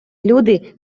люди